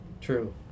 True